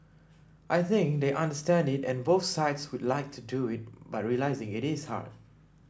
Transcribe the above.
I think they understand it and both sides would like to do it but realising it is hard